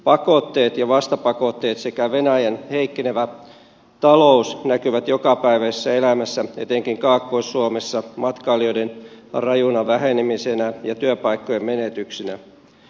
pakotteet ja vastapakotteet sekä venäjän heikkenevä talous näkyvät jokapäiväisessä elämässä etenkin kaakkois suomessa matkailijoiden rajuna vähenemisenä ja työpaikkojen menetyksinä